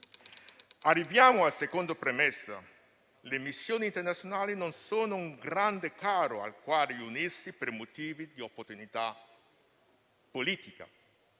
Arriviamo alla seconda premessa: le missioni internazionali non sono un grande carro al quale unirsi per motivi di opportunità politica,